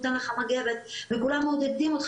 ההוא נותן לך מגבת וכולם מעודדים אותך,